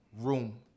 room